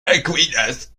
aquinas